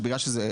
שבגלל שזה,